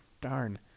darn